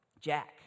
Jack